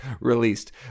released